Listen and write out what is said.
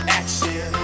action